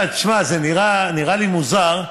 שמע, זה נראה לי מוזר,